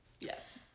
Yes